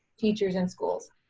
teachers, and schools.